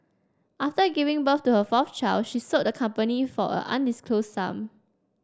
after giving birth to her fourth child she sold the company for an undisclosed sum